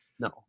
No